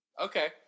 okay